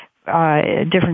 different